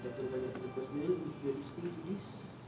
dah terlalu banyak benda personal if you're listening to this